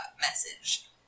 message